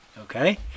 Okay